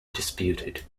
disputed